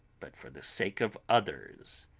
but for the sake of others.